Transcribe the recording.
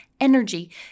energy